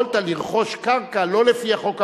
יכולת לרכוש קרקע לא לפי החוק הבין-לאומי,